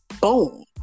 boom